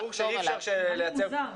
ברור שאי אפשר לייצר --- זה נראה לי מוזר.